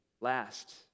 last